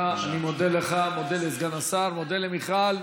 אני מודה לך, מודה לסגן השר, מודה למיכל.